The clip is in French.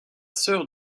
sœur